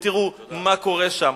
לכו היום עד הר-התבור, ותראו מה קורה שם.